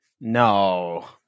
No